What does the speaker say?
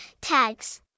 tags